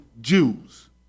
Jews